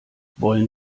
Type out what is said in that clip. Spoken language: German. wollen